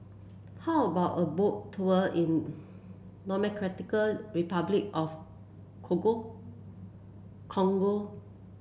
how about a Boat Tour in Democratic Republic of Congo